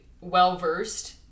well-versed